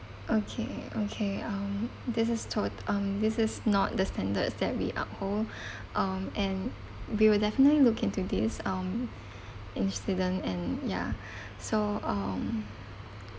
okay okay um this is told um this is not the standards that we uphold um and we will definitely look into this um incident and ya so um